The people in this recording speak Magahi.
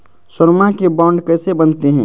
सोनमा के बॉन्ड कैसे बनते?